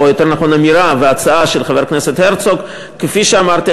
או יותר נכון האמירה וההצעה של חבר הכנסת הרצוג: כפי שאמרתי,